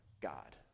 God